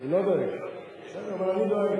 לא דואג לחרדים, הוא לא דואג, בסדר, אבל אני דואג.